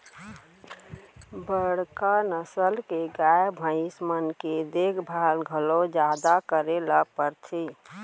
बड़का नसल के गाय, भईंस मन के देखभाल घलौ जादा करे ल परथे